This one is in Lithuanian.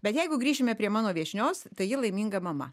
bet jeigu grįšime prie mano viešnios tai ji laiminga mama